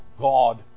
God